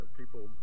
people